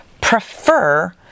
prefer